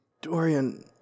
Dorian